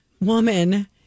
woman